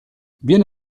viene